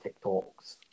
tiktoks